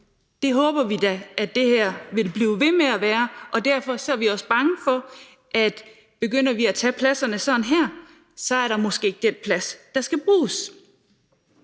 det håber vi da det vil blive ved med at være, og derfor er vi også bange for, at begynder vi at tage pladserne, som der lægges op til her, er der måske ikke den plads, der skal bruges.